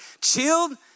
chilled